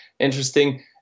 Interesting